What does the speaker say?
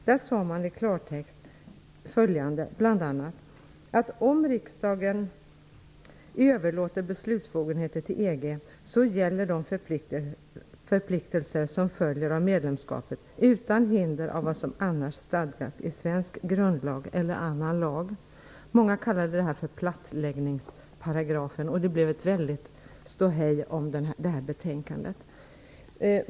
Där sade man i klartext bl.a. följande: EG, gäller de förpliktelser som följer av medlemskapet utan hinder av vad som annars stadgas i svensk grundlag eller annan lag. Många kallade detta för ''plattläggningsparagrafen'', och det blev ett väldigt ståhej om detta betänkande.